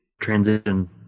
transition